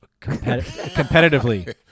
competitively